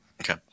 Okay